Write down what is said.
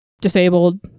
disabled